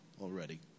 already